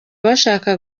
bashaka